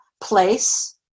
place